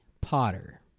Potter